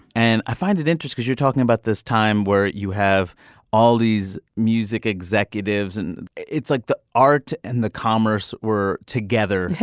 and i find it interest cause you're talking about this time where you have all these music executives and it's like the art and the commerce were together.